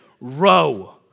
row